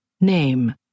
Name